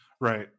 Right